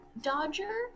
dodger